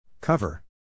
Cover